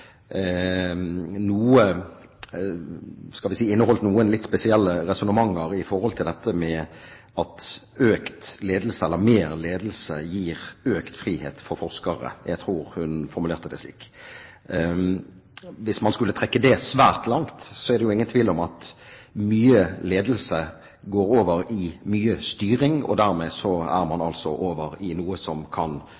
skal vi si – noen litt spesielle resonnementer med hensyn til at mer ledelse gir økt frihet for forskere. Jeg tror hun formulerte det slik. Hvis man skulle trekke det svært langt, er det ingen tvil om at mye ledelse går over i mye styring, og dermed er man